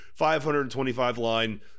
525-line